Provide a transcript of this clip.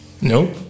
No